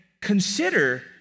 consider